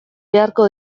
beharko